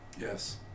Yes